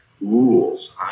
rules